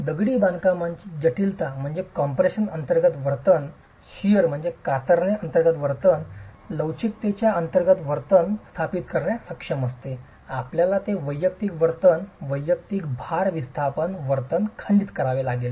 दगडी बांधकामची जटिलता म्हणजे कम्प्रेशन अंतर्गत वर्तन कातरणे अंतर्गत वर्तन लवचिकतेच्या अंतर्गत वर्तन स्थापित करण्यास सक्षम असणे आपल्याला ते वैयक्तिक वर्तन वैयक्तिक भार विस्थापन वर्तन खंडित करावे लागेल